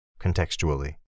contextually